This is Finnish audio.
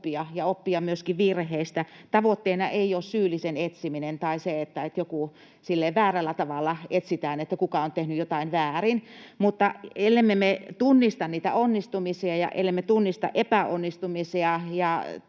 ja oppia myöskin virheistä. Tavoitteena ei ole syyllisen etsiminen tai se, että sillä lailla väärällä tavalla etsitään, kuka on tehnyt jotain väärin. Mutta ellemme me tunnista niitä onnistumisia ja ellemme tunnista epäonnistumisia